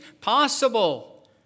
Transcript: possible